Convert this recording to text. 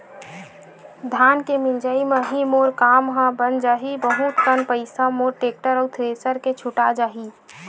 धान के मिंजई म ही मोर काम ह बन जाही बहुत कन पईसा मोर टेक्टर अउ थेरेसर के छुटा जाही